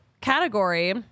category